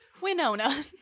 Winona